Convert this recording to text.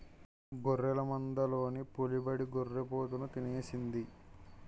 గొర్రెల మందలోన పులిబడి గొర్రి పోతుని తినేసింది